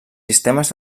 sistemes